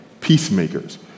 peacemakers